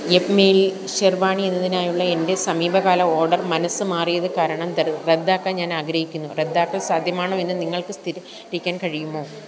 യെപ്മേയിൽ ഷെർവാണി എന്നതിനായുള്ള എൻ്റെ സമീപകാല ഓഡർ മനസ്സ് മാറിയത് കാരണം റദ്ദാക്കാൻ ഞാനാഗ്രഹിക്കുന്നു റദ്ദാക്കൽ സാധ്യമാണോ എന്ന് നിങ്ങൾക്ക് സ്ഥിരീകരിക്കാൻ കഴിയുമോ